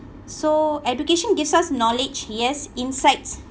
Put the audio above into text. so education gives us knowledge yes insights